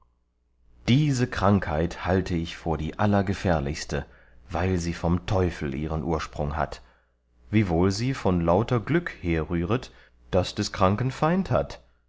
diese krankheit halte ich vor die allergefährlichste weil sie vom teufel ihren ursprung hat wiewohl sie von lauter glück herrühret das des kranken feind hat